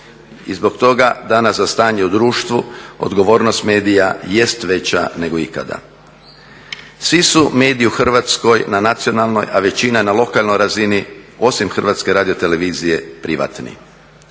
I zbog toga danas za stanje u društvu odgovornost medija jest veća nego ikada. Svi su mediji u Hrvatskoj na nacionalnoj, a većina na lokalnoj razini, osim HRT-a privatni.